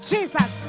Jesus